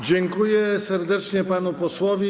Dziękuję serdecznie panu posłowi.